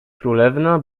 królewna